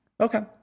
Okay